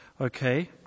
okay